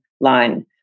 line